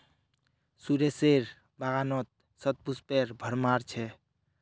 सुरेशेर बागानत शतपुष्पेर भरमार छ